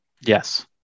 Yes